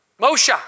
Moshe